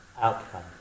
outcome